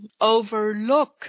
overlook